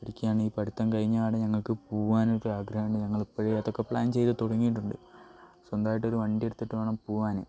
ഇവിടെ ഒക്കെയാണ് ഈ പഠിത്തം കഴിഞ്ഞ പാടെ ഞങ്ങൾക്ക് പോവാനൊക്കെ ആഗ്രഹമാണ് ഞങ്ങൾ ഇപ്പോഴേ അതൊക്കെ പ്ലാൻ ചെയ്തു തുടങ്ങിയിട്ടുണ്ട് സ്വന്തമായിട്ട് ഒരു വണ്ടി എടുത്തിട്ട് വേണം പോവാൻ